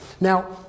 now